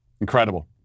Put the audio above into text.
Incredible